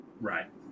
Right